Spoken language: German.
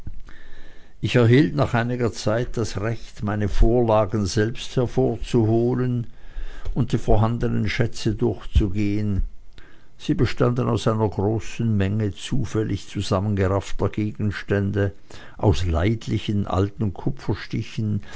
ich erhielt nach einiger zeit das recht meine vorlagen selbst hervorzuholen und die vorhandenen schätze durchzugehen sie bestanden aus einer großen menge zufällig zusammengeraffter gegenstände aus leidlichen alten kupferstichen